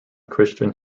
christian